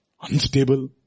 Unstable